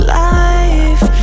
life